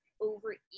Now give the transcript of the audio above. overeat